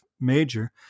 major